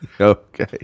Okay